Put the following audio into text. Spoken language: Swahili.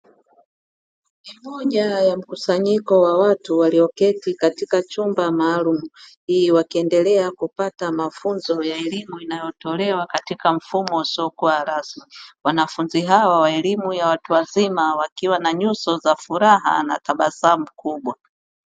Ni moja ya mkusanyiko wa watu walioketi katika chumba maalumu, wakiendelea kupata mafunzo ya elimu inayotolewa katika mfumo usiokuwa rasmi. Wanafunzi hawa wa elimu ya watu wazima wakiwa na nyuso za furaha na tabasamu kubwa.